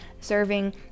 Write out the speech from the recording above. serving